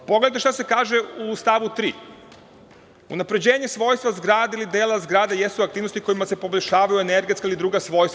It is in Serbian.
Pogledajte šta se kaže u stavu 3. – unapređenje svojstva zgrade ili dela zgrade jesu aktivnosti kojima se poboljšavaju energetska ili druga svojstva.